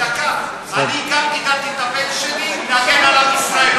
אני גם חינכתי את הבן שלי להגן על עם ישראל,